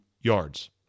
yards